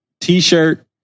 t-shirt